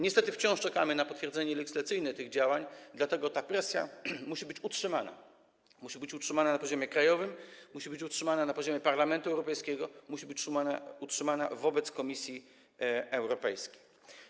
Niestety wciąż czekamy na legislacyjne potwierdzenie tych działań, dlatego ta presja musi być utrzymana - musi być utrzymana na poziomie krajowym, musi być utrzymana na poziomie Parlamentu Europejskiego, musi być utrzymana wobec Komisji Europejskiej.